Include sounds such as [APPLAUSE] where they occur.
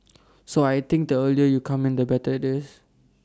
[NOISE] so I think the earlier you come in the better IT is